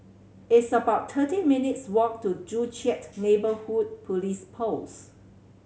it's about thirty minutes' walk to Joo Chiat Neighbourhood Police Post